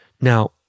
Now